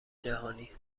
جهانی